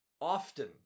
Often